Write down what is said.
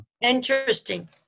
Interesting